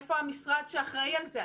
איפה המשרד שאחראי על זה?